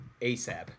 ASAP